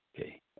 okay